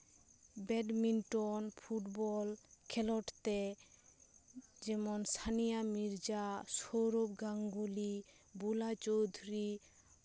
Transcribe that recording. badminton football ᱠᱷᱮᱞᱚᱰ ᱡᱮᱢᱚᱱ ᱥᱟᱱᱤᱭᱟ ᱢᱤᱨᱡᱟ ᱥᱳᱨᱚᱵᱷ ᱜᱟᱝᱜᱩᱞᱤ ᱵᱳᱞᱟ ᱪᱳᱫᱷᱩᱨᱤ